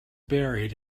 buried